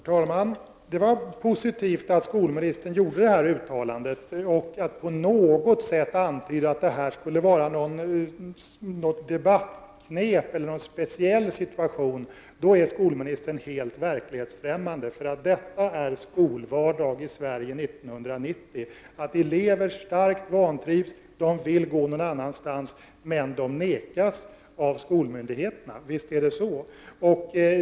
Herr talman Det var i och för sig positivt att skolministern gjorde detta uttalande. Det är då en fördel att kunna påvisa att skolministern i Sveriges riksdag sagt att den som känner stark vantrivsel bör kunna få flytta till en annan skola. Men när han antyder att det var ett debattknep av mig att an föra detta exempel, eller att detta fall skulle vara unikt, är han fel ute.